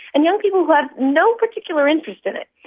and young people who have no particular interest in it.